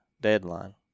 deadline